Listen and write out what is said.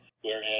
whereas